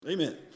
Amen